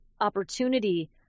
opportunity